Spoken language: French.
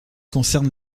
concerne